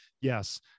yes